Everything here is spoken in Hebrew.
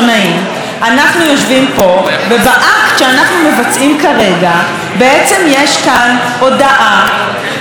אנחנו יושבים פה ובאקט שאנחנו מבצעים כרגע בעצם יש כאן הודאה שכל